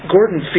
Gordon